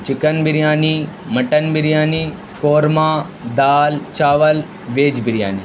chicken biryani mutton biryani korma dal chawal veg biryani